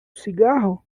cigarro